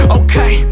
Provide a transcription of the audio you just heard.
okay